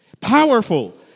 Powerful